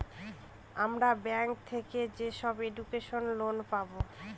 আমরা ব্যাঙ্ক থেকে যেসব এডুকেশন লোন পাবো